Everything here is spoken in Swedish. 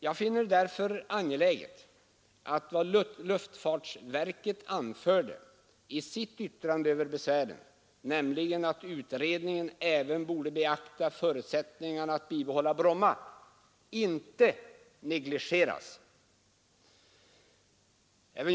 Jag finner det därför angeläget att vad luftfartsverket anförde i sitt yttrande över besvären, nämligen att utredningen borde beakta förutsättningarna att bibehålla Bromma, inte negligeras.